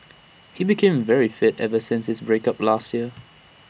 he became very fit ever since his break up last year